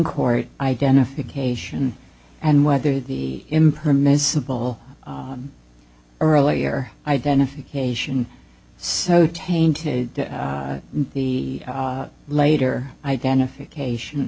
court identification and whether the impermissible earlier identification so tainted the later identification